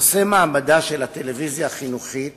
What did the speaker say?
נושא מעמדה של הטלוויזיה החינוכית